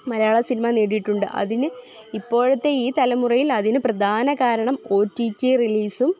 മലയാള cinema നേടിയിട്ടുണ്ട് അതിന് ഇപ്പോഴത്തെ ഈ തലമുറയിൽ അതിന് പ്രധാന കാരണം ഒ ടി ടി റിലീസും